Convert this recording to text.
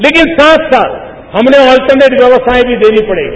लेकिन साथ साथ हमने आलर्टनेट व्यक्स्थाएं भी देनी पड़ेगी